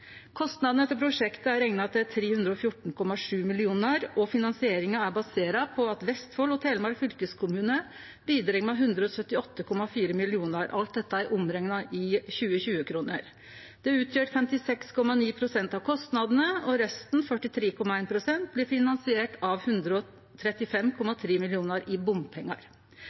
Kostnadene til prosjektet er rekna til 313,7 mill. kr, og finansieringa er basert på at Vestfold og Telemark fylkeskommune bidreg med 178,4 mill. kr. Alt dette er rekna om til 2020-kroner. Det utgjer 56,9 pst. av kostnadene, og resten, 43,1 pst., blir finansiert av 135,3 mill. kr i bompengar.